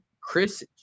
Chris